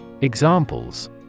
Examples